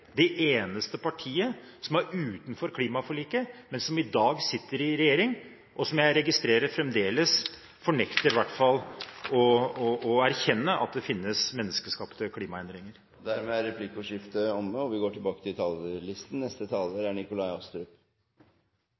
det eneste partiet som er utenfor klimaforliket, men som i dag sitter i regjering, og som jeg registrerer fremdeles fornekter å erkjenne at det finnes menneskeskapte klimaendringer? Dermed er replikkordskiftet omme. Norge er rikt på naturressurser, kompetanse og kapital. Vi er høyt utdannet, vi har gode fagarbeidere, vi er